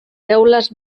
teules